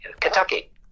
Kentucky